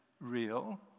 real